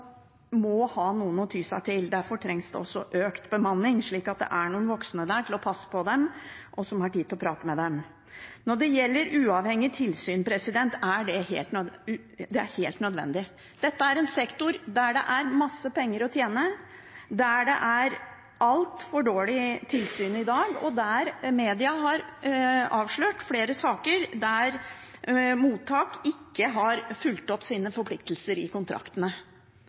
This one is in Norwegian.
må ha noen å ty til. Derfor trengs det også økt bemanning, slik at det er noen voksne der til å passe på dem, og som har tid til å prate med dem. Når det gjelder uavhengige tilsyn, er det helt nødvendig. Dette er en sektor der det er masse penger å tjene, der det er altfor dårlig tilsyn i dag, og der media har avslørt flere saker der mottak ikke har fulgt opp sine forpliktelser i kontraktene.